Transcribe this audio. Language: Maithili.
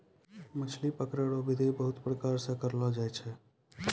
मछली पकड़ै रो बिधि बहुते प्रकार से करलो जाय छै